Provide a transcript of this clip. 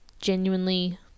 genuinely